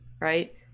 right